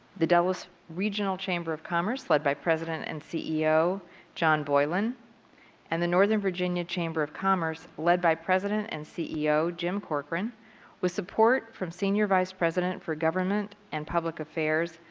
the dulles regional chamber of commerce, led by president and ceo john boylan and the northern virginia chamber of commerce, led by president and ceo jim corcoran with support from senior vice president for government and public affairs,